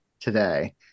today